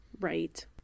Right